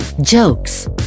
jokes